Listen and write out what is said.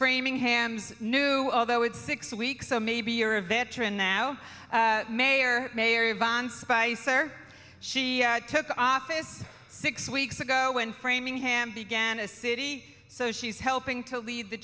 framingham new although it's six weeks so maybe you're a veteran now mayor mayor vance or she took office six weeks ago when framingham began a city so she's helping to lead the